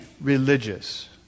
religious